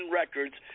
records